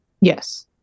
yes